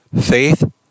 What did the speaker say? faith